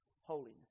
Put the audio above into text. Holiness